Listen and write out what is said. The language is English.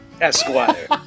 Esquire